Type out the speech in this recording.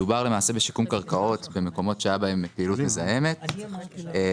מדובר בשיקום קרקעות במקומות שהייתה בהם פעילות מזהמת לקראת